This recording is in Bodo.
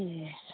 ए